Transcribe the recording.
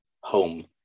home